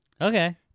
Okay